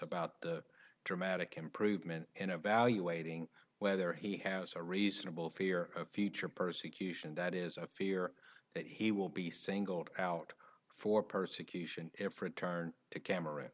about dramatic improvement in a valuating whether he has a reasonable fear of future persecution that is a fear that he will be singled out for persecution if returned to camer